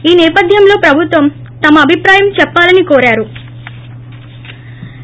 ఈ సపథ్యంలో ప్రభుత్వం తమ అభిప్రాయం చెప్పాలని కోరారు